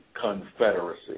confederacy